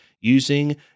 using